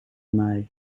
mij